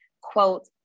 Quote